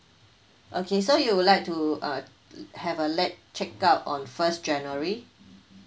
okay so you would like to uh have a late check out on first january